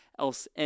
else